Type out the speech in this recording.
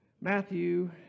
Matthew